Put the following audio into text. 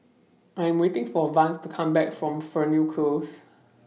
I Am waiting For Vance to Come Back from Fernhill Close